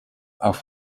auf